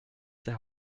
der